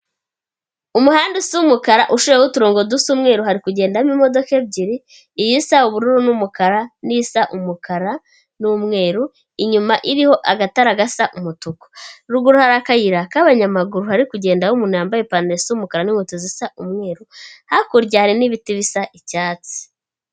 Umuhanda siumukara ushiho uturongo dusa umweruru hari kugenda n'imodoka ebyiri, iyisa ubururu n'umukara, n'iyisa umukara n'umweru inyuma iriho agatara gasa umutuku ruguru harira akayira k'abanyamaguru hari kugenda aho umuntu yambaye ipanta isa umukara n'inkweto zisa umweru hakurya n'ibiti bisa icyatsi.